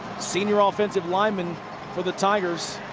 senior ah offensive lineman for the tigers.